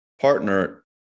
partner